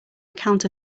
account